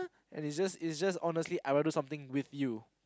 and is just is just honestly I'd rather do something with you